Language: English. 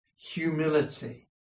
humility